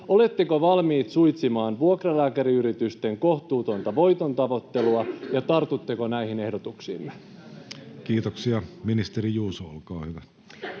Oletteko valmis suitsimaan vuokralääkäriyritysten kohtuutonta voitontavoittelua, ja tartutteko näihin ehdotuksiimme? [Juho Eerola: Miksi